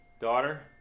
daughter